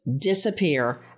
disappear